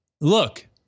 look